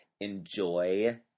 enjoy